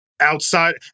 Outside